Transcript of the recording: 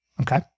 Okay